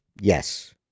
Yes